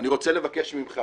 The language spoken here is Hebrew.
אני רוצה לבקש ממך